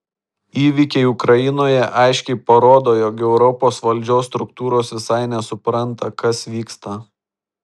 įvykiai ukrainoje aiškiai parodo jog europos valdžios struktūros visai nesupranta kas vyksta